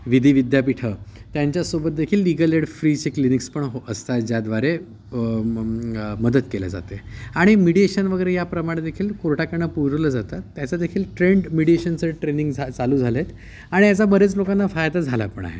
विधि विद्यापीठं त्यांच्यासोबत देखील लीगल एड फ्रीचे क्लिनिक्स पण हो असतात ज्याद्वारे मग मदत केली जाते आणि मिडिएशन वगैरे याप्रमाणे देखील कोर्टाकडून पुरवलं जातात त्याच देखील ट्रेंड मिडिएशनचं ट्रेनिंग झा चालू झालं आहे आणि याचा बरेच लोकांना फायदा झाला पण आहे